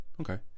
Okay